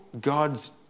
God's